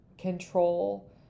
control